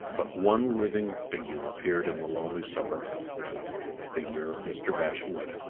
but one living figure appeared in the lonely suburb the figure of mr. bashwood.